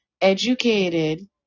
educated